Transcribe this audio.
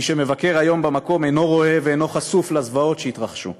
מי שמבקר היום במקום אינו רואה ואינו חשוף לזוועות שהתרחשו.